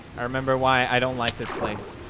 i remember why i don't like this place